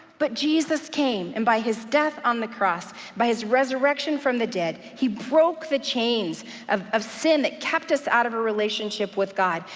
but jesus came, and by his death on the cross, by his resurrection from the dead, he broke the chains of of sin that kept us out of a relationship with god,